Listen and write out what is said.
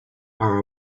are